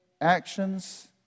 actions